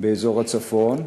באזור הצפון,